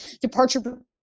departure